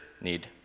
Need